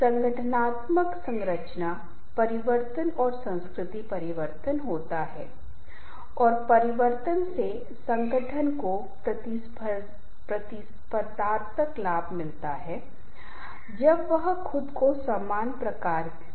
यह हमारी मानवीय प्रकृति है व्यवहार यह कभी कभी कुछ बहुत ही जटिल होता है जिसे हम समझ नहीं पा रहे हैं कि हमारे निकट संबंध में भी क्या होता है इसे समझने में समय लगता है